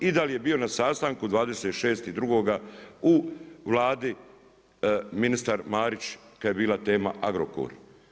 I da li je bio na sastanku 26.2. u Vladi ministar Marić, kad je bila tema Agrokor?